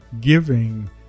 giving